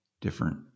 different